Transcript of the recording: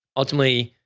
ultimately,